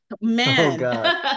Man